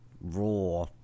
raw